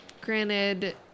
granted